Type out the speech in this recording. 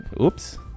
Oops